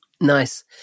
Nice